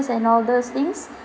~ers and all those things